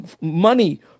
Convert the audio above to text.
money